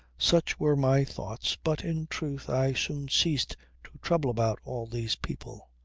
such were my thoughts, but in truth i soon ceased to trouble about all these people.